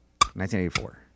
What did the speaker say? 1984